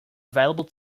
available